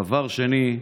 דבר שני,